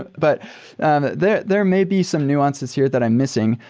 but um there there may be some nuances here that i'm missing.